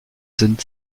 sind